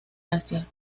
asia